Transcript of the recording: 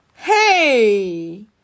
Hey